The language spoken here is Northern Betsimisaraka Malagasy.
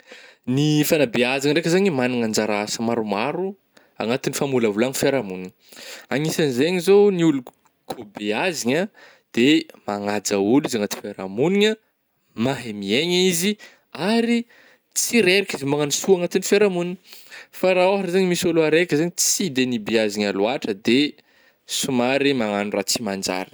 Ny fagnabeazagna ndraika zany magnana anjara asa maromaro agnatin'ny famolavolagna fiarahamognina anisan'ny zegny zao ny ôlo ko- kô beazigna de magnaja ôlo izy agnaty fiarahamognina, mahay mihaigna izy ary tsy reraka izy magnano sao agnatin'ny fiarahamognina, fa raha ôhatra zegny misy ôlo araiky zegny tsy de nibeazigna loàtra de somary magnano raha tsy manjary.